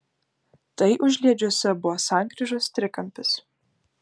tai užliedžiuose buvo sankryžos trikampis